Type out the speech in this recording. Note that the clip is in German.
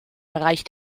bereich